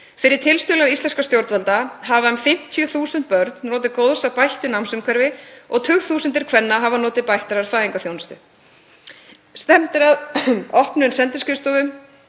Fyrir tilstuðlan íslenskra stjórnvalda hafa um 50.000 börn notið góðs af bættu námsumhverfi og tugþúsundir kvenna hafa notið bættrar fæðingarþjónustu. Stefnt er að opnun sendiskrifstofu